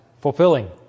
fulfilling